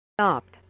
stopped